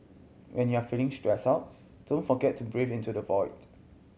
when you are feeling stressed out don't forget to breathe into the void